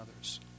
others